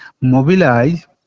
mobilize